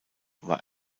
war